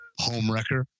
Homewrecker